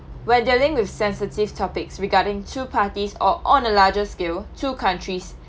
we're dealing with sensitive topics regarding two parties or on a larger scale two countries